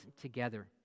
together